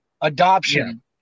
adoption